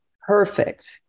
perfect